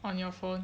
on your phone